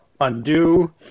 undo